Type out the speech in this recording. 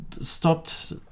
stopped